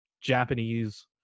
Japanese